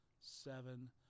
seven